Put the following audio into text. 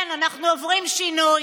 כן, אנחנו עוברים שינוי,